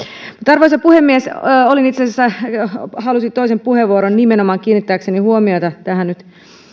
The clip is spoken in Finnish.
arvoisa puhemies halusin itse asiassa toisen puheenvuoron nimenomaan kiinnittääkseni huomiota tähän nyt